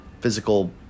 physical